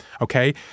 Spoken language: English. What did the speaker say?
Okay